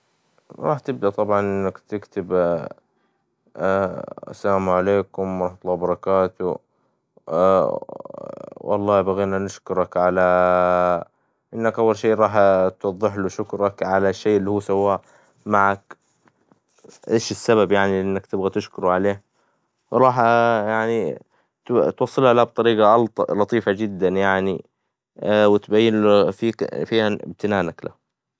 راح تبدأ طبعاً إنك تكتب سلام عليكم ورحمة الله وبركاته ، والله بغينا نشكرك على ، إنك أول شى راح توظحله شكرك على الشى اللى هو سواه معك ، إش السبب يعنى إنك تبغى تشكره عليه ، راح يعنى توصلها ليه بطريقة لطيفة جداً يعنى وتبينله فيها أمتنانك له.